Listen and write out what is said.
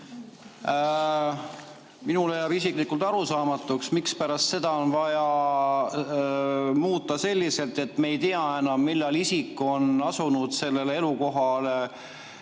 Minule isiklikult jääb arusaamatuks, mispärast on seda vaja muuta selliselt, et me ei tea enam, millal isik on asunud selles elukohas